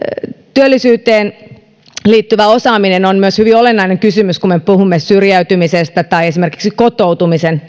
työllisyyteen liittyvä osaaminen on hyvin olennainen kysymys myös kun me puhumme syrjäytymisestä tai esimerkiksi kotoutumisen